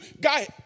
Guy